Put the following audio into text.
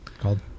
called